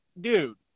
dude